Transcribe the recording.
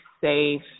safe